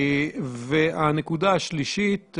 והנקודה השלישית,